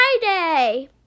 Friday